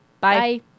Bye